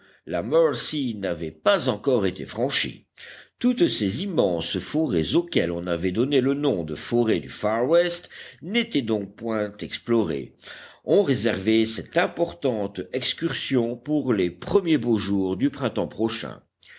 la mercy n'avait pas encore été franchie toutes ces immenses forêts auxquelles on avait donné le nom de forêts du far west n'étaient donc point explorées on réservait cette importante excursion pour les premiers beaux jours du printemps prochain